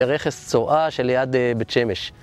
רכס צורעה שליד בית שמש